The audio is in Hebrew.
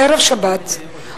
בערב שבת,